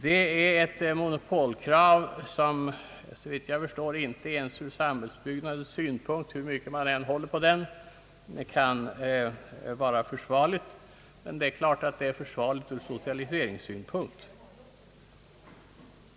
Det är ett monopolkrav som såvitt jag förstår inte ens ur samhällsbyggnadens synpunkt, hur mycket man än håller på den, kan vara försvarligt. Det är klart att det är försvarligt ur socialiseringssynpunkt!